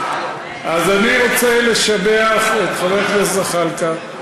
אז אני רוצה לשבח את חבר הכנסת זחאלקה,